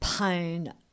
pain